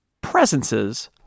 presences